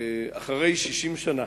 שאחרי 60 שנה,